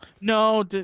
No